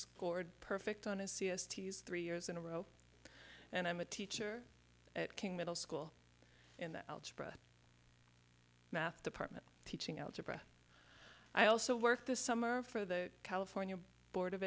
scored perfect on a c s t's three years in a row and i'm a teacher at king middle school in the algebra math department teaching algebra i also worked this summer for the california board of